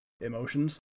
emotions